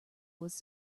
was